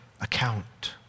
account